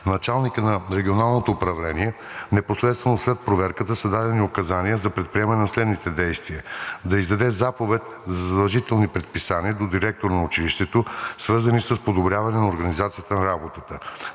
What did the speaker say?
началника на Регионалното управление непосредствено след проверката са дадени указания за предприемане на следните действия: да издаде заповед за задължителни предписания до директора на училището, свързани с подобряване на организацията на работата;